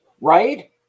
Right